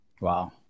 Wow